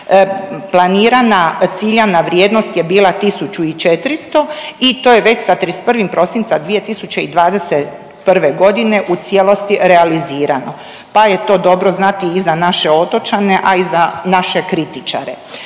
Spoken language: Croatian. planirana ciljana vrijednost je bila 1.400 i to je već sa 31. prosinca 2021.g. u cijelosti realizirano, pa je to dobro znati i za naše otočane, a i za naše kritičare.